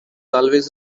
always